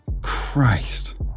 Christ